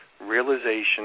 realization